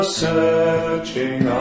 searching